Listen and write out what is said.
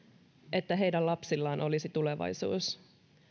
että heidän lapsillaan olisi tulevaisuus